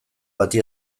bati